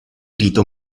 rito